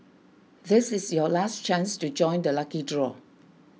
this is your last chance to join the lucky draw